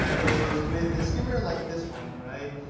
ah is with a skimmer like this one, right,